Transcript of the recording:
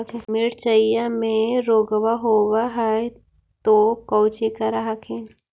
मिर्चया मे रोग्बा होब है तो कौची कर हखिन?